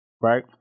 Right